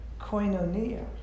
koinonia